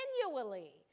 continually